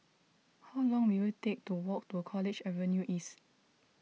how long will it take to walk to College Avenue East